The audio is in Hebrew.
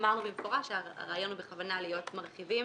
אמרנו במפורש שהרעיון הוא בכוונה להיות מרכיבים